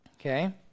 okay